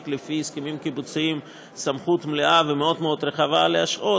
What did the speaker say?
לפי הסכמים קיבוציים סמכות מלאה ומאוד מאוד רחבה להשעות,